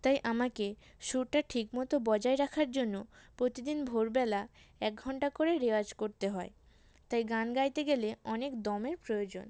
তাই আমাকে সুরটা ঠিক মতো বজায় রাখার জন্য প্রতিদিন ভোরবেলা এক ঘণ্টা করে রেওয়াজ করতে হয় তাই গান গাইতে গেলে অনেক দমের প্রয়োজন